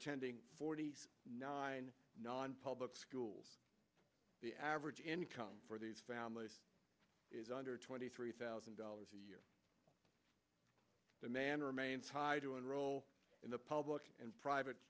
attending forty nine nonpublic schools the average income for these families is under twenty three thousand dollars a year demand remains high to enroll in the public and private